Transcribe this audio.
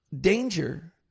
danger